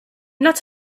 not